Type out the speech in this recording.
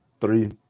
three